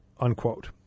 unquote